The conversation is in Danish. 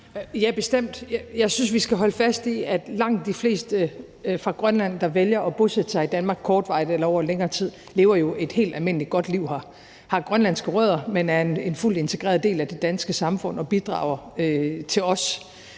Ja, bestemt. Jeg synes, vi skal holde fast i, at langt de fleste fra Grønland, der vælger at bosætte sig i Danmark kortvarigt eller over længere tid, jo lever et helt almindeligt godt liv her, altså personer, som har grønlandske rødder, men som er en fuldt integreret del af det danske samfund og bidrager hos os.